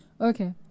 Okay